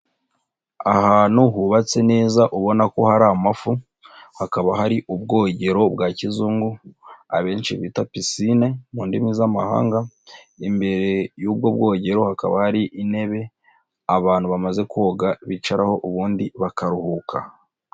Ahantu hubatse neza ubona ko hari amafu, hakaba hari ubwogero bwa kizungu abenshi bita pisine mu ndimi z'amahanga, imbere y'ubwo bwogero hakaba hari intebe abantu bamaze koga bicaraho ubundi bakaruhuka.